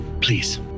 please